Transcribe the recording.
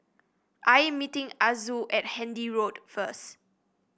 I am meeting Azul at Handy Road first